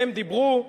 הם דיברו,